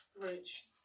Rich